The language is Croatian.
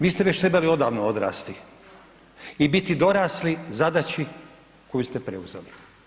Vi ste već trebali odavno odrasti i biti dorasli zadaći koju ste preuzeli.